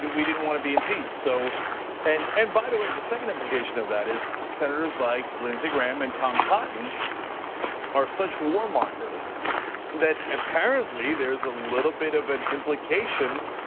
we didn't want to be impeached. so and and by the way, the second implication of that is senators like lindsey graham and tom cotton are such warmongers that apparently there's a little bit of an implication.